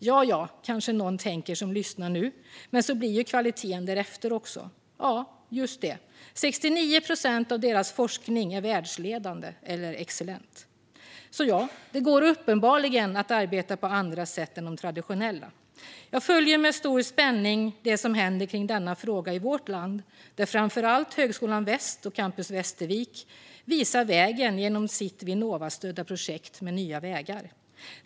Ja ja, kanske någon som lyssnar nu tänker, då blir ju kvaliteten därefter. Just det: 69 procent av deras forskning är världsledande eller excellent. Det går uppenbarligen att arbeta på andra sätt än de traditionella. Jag följer med stor spänning det som händer i denna fråga i vårt land, där framför allt Högskolan Väst och Campus Västervik visar vägen genom sitt Vinnovastödda projekt Nya Vägar.